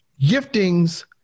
giftings